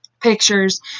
pictures